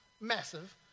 Massive